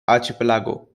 archipelago